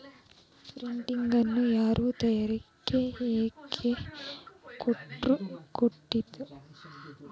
Funding ನ ಯಾರು ಯಾರಿಗೆ ಎದಕ್ಕ್ ಕೊಡ್ಬೊದು?